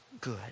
good